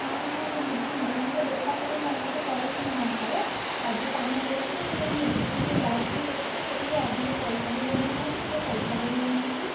ହଁ ହଁ ମୁଁ ଯିବି ଶୀଘ୍ର ମୁଁ ତ ଦେଖାଶୁଣା ଭଲସେ କରୁଛି ନା ତାଙ୍କର ସବୁ କାମ କରୁଛି ହେଲେ ମୁଁ ଏତେ ସମୟ ଯାଉଛି ଇଏ କରୁଛି ମୋତେ ଟିକିଏ ଅଧିକ ପଇସା ବି ବଢ଼ଉ ନାହାନ୍ତି ଟିକିଏ ପଇସା ବଢ଼ଉ ନାହାନ୍ତି